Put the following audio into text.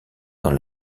dans